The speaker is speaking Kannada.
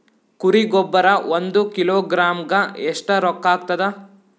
ಕುರಿ ಗೊಬ್ಬರ ಒಂದು ಕಿಲೋಗ್ರಾಂ ಗ ಎಷ್ಟ ರೂಕ್ಕಾಗ್ತದ?